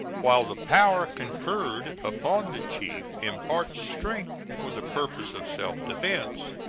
while the power conferred upon the chief imparts strength for the purposes of self-defense,